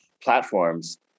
platforms